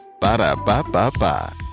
Ba-da-ba-ba-ba